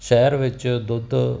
ਸ਼ਹਿਰ ਵਿੱਚ ਦੁੱਧ